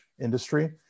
industry